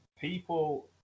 People